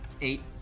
Eight